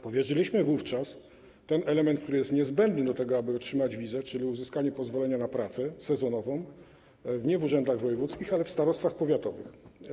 Powierzyliśmy wówczas ten element, który jest niezbędny do tego, aby otrzymać wizę, czyli uzyskanie pozwolenia na pracę sezonową, nie urzędom wojewódzkim, ale starostwom powiatowym.